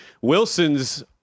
Wilson's